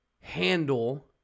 handle